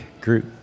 group